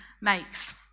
makes